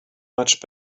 much